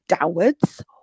downwards